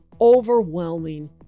overwhelming